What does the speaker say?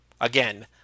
Again